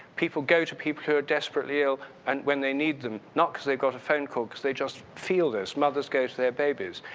people go to people who are desperately ill and when they need them, not because they've got a phone call because they just feel this. mothers go their babies.